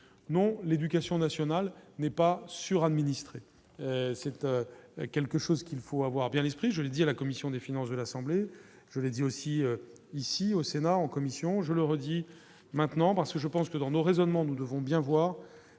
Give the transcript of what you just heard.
non l'éducation nationale n'est pas sûr administrée cette quelque chose qu'il faut avoir bien l'esprit, je l'ai dit à la commission des finances de l'Assemblée, je l'ai dit aussi ici au Sénat en commission, je le redis maintenant parce que je pense que dans nos raisonnements, nous devons bien voir